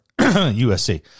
USC